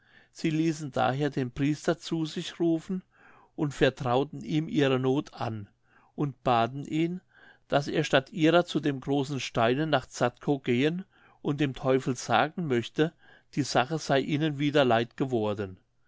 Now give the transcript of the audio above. sie ließen daher den priester zu sich rufen und vertrauten ihm ihre noth an und baten ihn daß er statt ihrer zu dem großen steine nach zadkow gehen und dem teufel sagen möchte die sache sey ihnen wieder leid geworden